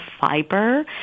fiber